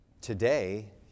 today